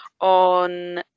on